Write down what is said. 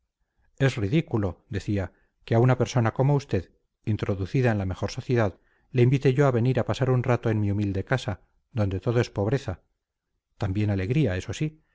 es ridículo decía que a una persona como usted introducida en la mejor sociedad le invite yo a venir a pasar un rato en mi humilde casa donde todo es pobreza también alegría eso sí